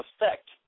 effect